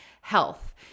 health